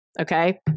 Okay